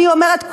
אני אומרת,